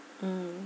mm